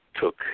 took